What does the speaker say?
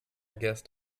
guessed